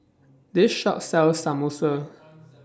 This Shop sells Samosa